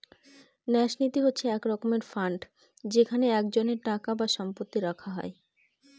ন্যাস নীতি হচ্ছে এক রকমের ফান্ড যেখানে একজনের টাকা বা সম্পত্তি রাখা হয়